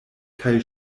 kaj